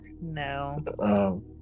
No